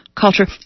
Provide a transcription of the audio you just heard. culture